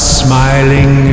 smiling